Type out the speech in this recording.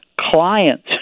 clients